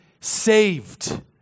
saved